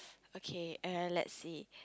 okay err let's see